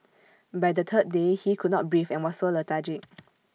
by the third day he could not breathe and was so lethargic